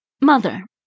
Mother